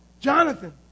Jonathan